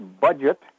budget